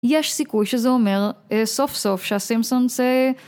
יש סיכוי שזה אומר סוף סוף שהסימפסונס אה...